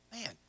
Man